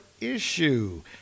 issue